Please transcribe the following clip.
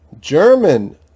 German